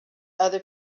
other